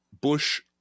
Bush